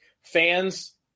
fans